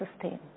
sustain